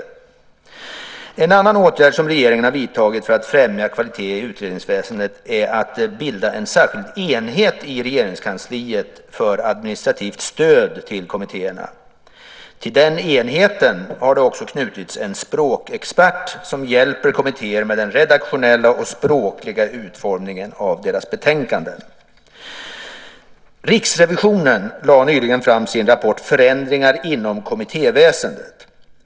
En annan åtgärd som regeringen har vidtagit för att främja kvalitet i utredningsväsendet är att bilda en särskild enhet i Regeringskansliet för administrativt stöd till kommittéerna. Till den enheten har det också knutits en språkexpert som hjälper kommittéer med den redaktionella och språkliga utformningen av deras betänkanden. Riksrevisionen lade nyligen fram sin rapport Förändringar inom kommittéväsendet .